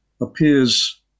appears